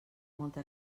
molta